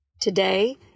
Today